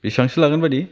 बिसिबांसो लागोन बादि